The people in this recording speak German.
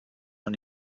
von